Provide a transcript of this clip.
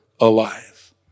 alive